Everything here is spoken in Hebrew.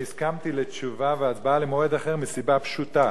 אני הסכמתי לתשובה והצבעה במועד אחר מסיבה פשוטה,